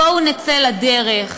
בואו נצא לדרך,